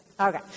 Okay